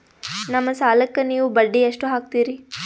ನಮ್ಮ ಸಾಲಕ್ಕ ನೀವು ಬಡ್ಡಿ ಎಷ್ಟು ಹಾಕ್ತಿರಿ?